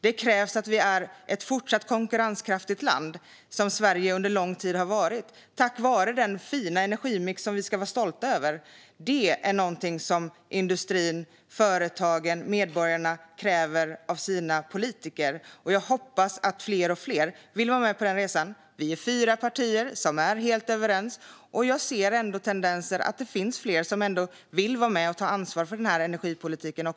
Det krävs att vi är ett fortsatt konkurrenskraftigt land, som Sverige under lång tid har varit tack vare den fina energimix som vi ska vara stolta över. Det är någonting som industrin, företagen och medborgarna kräver av sina politiker. Och jag hoppas att fler och fler vill vara med på den resan. Vi är fyra partier som är helt överens, och jag ser ändå tendenser till att fler vill vara med och ta ansvar för den här energipolitiken.